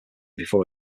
before